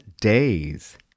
days